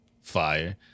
Fire